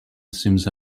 assumes